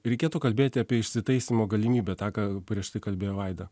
reikėtų kalbėti apie išsitaisymo galimybę tą ką prieš tai kalbėjo vaida